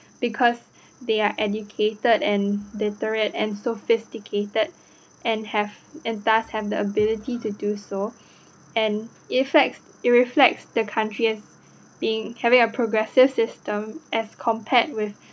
because they are educated and literate and sophisticated and have and thus have the ability to do so and it fact~ it reflects the countries being having a progressive system as compared with